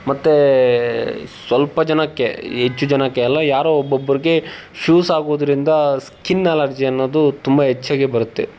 ಮತ್ತೆ ಸ್ವಲ್ಪ ಜನಕ್ಕೆ ಹೆಚ್ಚು ಜನಕ್ಕೆ ಅಲ್ಲ ಯಾರೋ ಒಬ್ಬೊಬ್ಬರಿಗೆ ಶೂಸ್ ಹಾಕೋದ್ರಿಂದಾ ಸ್ಕಿನ್ ಅಲರ್ಜಿ ಅನ್ನೋದು ತುಂಬ ಹೆಚ್ಚಾಗೆ ಬರುತ್ತೆ